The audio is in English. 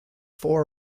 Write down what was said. four